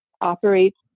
operates